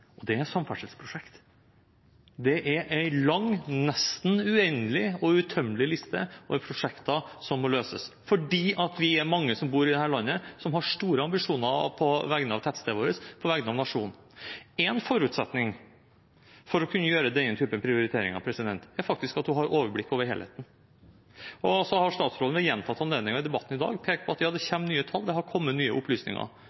er samferdselsprosjekt. Det er en lang – nesten uendelig og uttømmelig liste over prosjekter som må løses, fordi vi er mange som bor i dette landet, som har store ambisjoner på vegne av tettstedet vårt og på vegne av nasjonen. En forutsetning for å kunne gjøre denne typen prioriteringer er at man har overblikk over helheten. Statsråden har ved gjentatte anledninger i debatten i dag pekt på at det kommer nye tall, det har kommet nye opplysninger. Ja, da er det